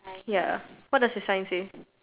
ya what does the sign say